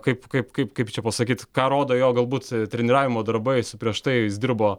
kaip kaip kaip kaip čia pasakyt ką rodo jo galbūt treniravimo darbai su prieš tai jis dirbo